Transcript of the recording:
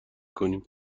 کنیم